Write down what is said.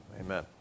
amen